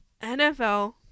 NFL